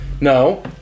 No